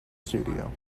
studio